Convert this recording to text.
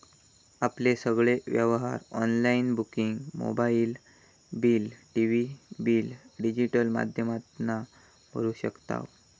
आपले सगळे व्यवहार online booking mobile bill, TV bill digital माध्यमातना भरू शकताव